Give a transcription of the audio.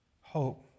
hope